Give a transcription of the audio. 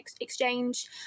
Exchange